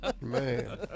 Man